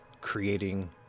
creating